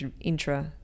intra